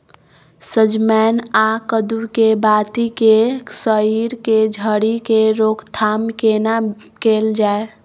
सजमैन आ कद्दू के बाती के सईर के झरि के रोकथाम केना कैल जाय?